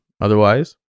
Otherwise